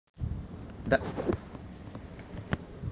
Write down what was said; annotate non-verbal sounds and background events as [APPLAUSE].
[NOISE]